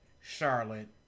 Charlotte